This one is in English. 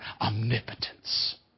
omnipotence